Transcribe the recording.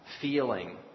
feeling